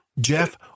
Jeff